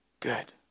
Good